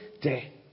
day